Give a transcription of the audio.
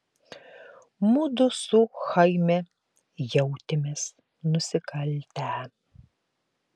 mudu su chaime jautėmės nusikaltę